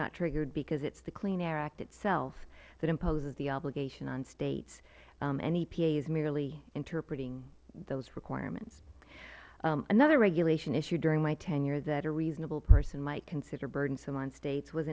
not triggered because it is the clean air act itself that imposes the obligation on states and epa is merely interpreting those requirements another regulation issued during my tenure that a reasonable person might consider burdensome on states was